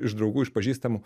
iš draugų iš pažįstamų